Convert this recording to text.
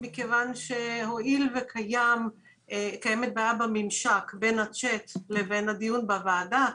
כי קיימת בעיה בממשק בין הצ'ט לבין הדיון בוועדה,